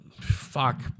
fuck